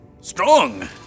strong